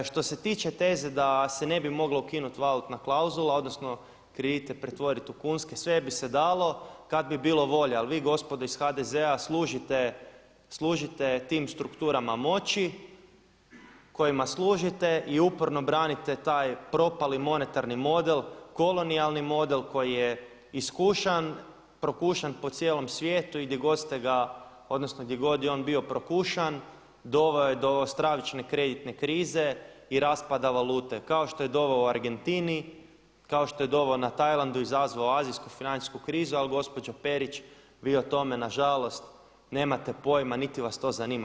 Što se tiče teze da se ne moglo ukinuta valutna klauzula odnosno kredite pretvoriti u kunske, sve bi se dalo kada bi bilo volje, ali vi gospodo iz HDZ-a služite tim strukturama moći kojima služite i uporno branite taj propali monetarni model, kolonijalni model koji je iskušan, prokušan po cijelom svijetu i gdje god je on bio prokušan doveo do stravične kreditne krize i raspada valute, kao što je doveo u Argentini, kao što je doveo na Tajlandu, izazvao azijsku financijsku krizu, ali gospođo Perić vi o tome nažalost nemate pojma niti vas to zanima.